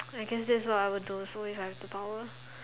I guess that's what I would do also if I have the power